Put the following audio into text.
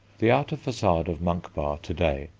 the outer facade of monk bar to-day,